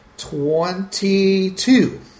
Twenty-two